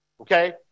Okay